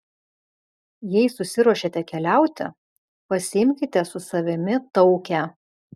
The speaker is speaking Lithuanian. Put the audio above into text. jei susiruošėte keliauti pasiimkite su savimi taukę